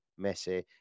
Messi